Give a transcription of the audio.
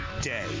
day